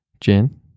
Jen